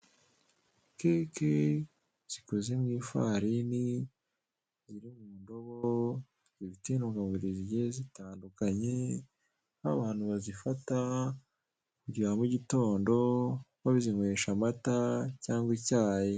Keke zikozwe mu ifarini, ziri mu ndobo zifite intungamubiri zigiye zitandukanye, aho abantu bazifata ku bya mugitondo bazinywesha amata cyangwa icyayi.